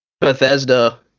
Bethesda